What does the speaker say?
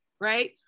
right